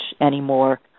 anymore